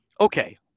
okay